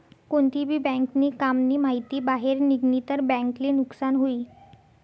कोणती भी बँक नी काम नी माहिती बाहेर निगनी तर बँक ले नुकसान हुई